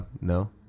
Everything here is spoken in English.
no